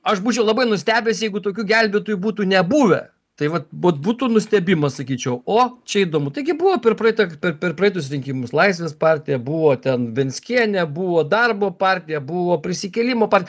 aš būčiau labai nustebęs jeigu tokių gelbėtojų būtų nebuvę tai vat būt būtų nustebimas sakyčiau o čia įdomu taigi buvo per praeitą per per praeitus rinkimus laisvės partija buvo ten venckienė buvo darbo partija buvo prisikėlimo par